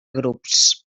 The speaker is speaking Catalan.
grups